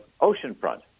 oceanfront